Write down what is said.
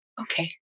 okay